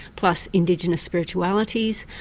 plus indigenous spiritualities,